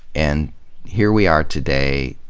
and here we are today,